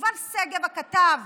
יובל שגב, הכתב